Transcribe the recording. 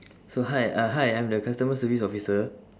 so hi uh hi I'm the customer service officer